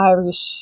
Irish